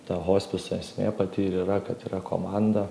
ta hospiso esmė pati ir yra kad yra komanda